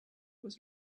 was